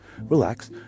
relax